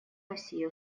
россией